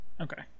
okay